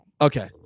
Okay